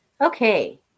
Okay